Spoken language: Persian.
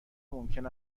ممکن